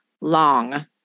long